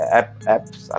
apps